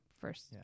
first